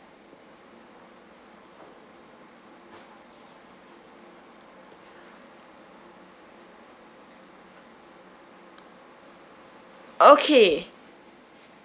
okay